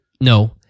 No